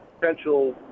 potential